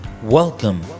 Welcome